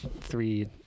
three